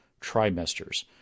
trimesters